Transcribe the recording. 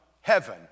heaven